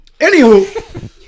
Anywho